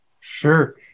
Sure